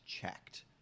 checked